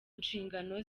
nshingano